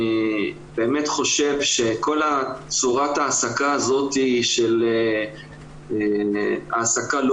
אני חושב שכל צורת ההעסקה הזאת של העסקה לא